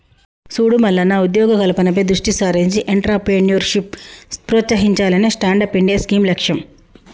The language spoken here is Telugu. సూడు మల్లన్న ఉద్యోగ కల్పనపై దృష్టి సారించి ఎంట్రప్రేన్యూర్షిప్ ప్రోత్సహించాలనే స్టాండప్ ఇండియా స్కీం లక్ష్యం